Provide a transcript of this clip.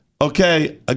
okay